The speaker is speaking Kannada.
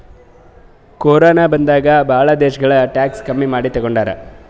ಕೊರೋನ ಬಂದಾಗ್ ಭಾಳ ದೇಶ್ನಾಗ್ ಟ್ಯಾಕ್ಸ್ ಕಮ್ಮಿ ಮಾಡಿ ತಗೊಂಡಾರ್